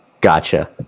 Gotcha